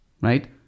right